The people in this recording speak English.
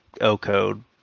O-Code